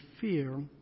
fear